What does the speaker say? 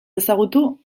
ezagutu